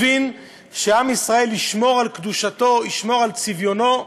הבין שעם ישראל ישמור על קדושתו, ישמור על צביונו,